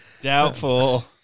Doubtful